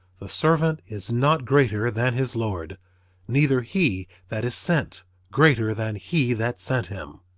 the servant is not greater than his lord neither he that is sent greater than he that sent him.